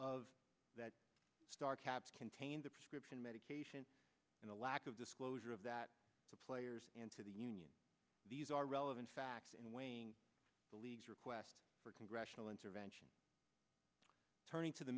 of that star caps contains a prescription medication and a lack of disclosure of that the players and to the union these are relevant facts and weighing the league's request for congressional intervention turning to the